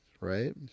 right